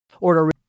Order